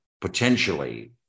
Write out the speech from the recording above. potentially